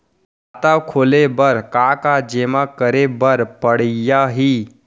खाता खोले बर का का जेमा करे बर पढ़इया ही?